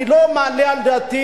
אני לא מעלה על דעתי,